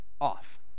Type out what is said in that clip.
off